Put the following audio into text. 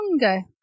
longer